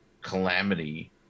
calamity